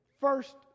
first